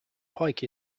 pike